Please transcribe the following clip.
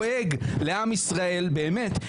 לעניין תרומה שהתקבלה באמצעות מימון המונים,